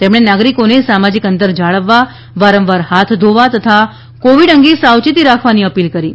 તેમણે નાગરિકોને સામાજિક અંતર જાળવવા વારંવાર હાથ ધોવા તથા કોવિડ અંગે સાવચેતી રાખવાની અપીલ કરી હતી